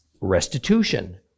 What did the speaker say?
restitution